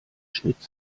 schnitt